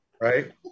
right